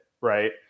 Right